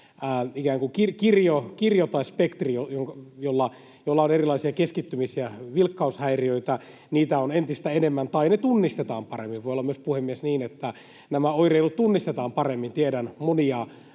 kirjo tai spektri erilaisia keskittymis- ja vilkkaushäiriöitä, on entistä enemmän tai ne tunnistetaan paremmin. Voi olla myös niin, puhemies, että nämä oireilut tunnistetaan paremmin. Tiedän monia